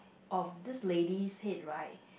of this ladies head right